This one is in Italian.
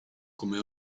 come